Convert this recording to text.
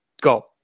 Go